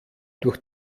durch